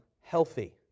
healthy